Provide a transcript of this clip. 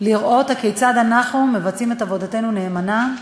לראות כיצד אנחנו מבצעים את עבודתנו נאמנה,